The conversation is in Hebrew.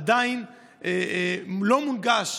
עדיין לא מונגשת.